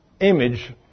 image